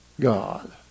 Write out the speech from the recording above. God